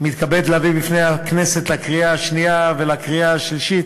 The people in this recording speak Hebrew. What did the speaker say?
אני מתכבד להביא בפני הכנסת לקריאה שנייה ולקריאה שלישית